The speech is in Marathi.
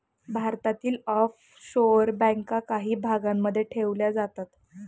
भारतातील ऑफशोअर बँका काही भागांमध्ये ठेवल्या जातात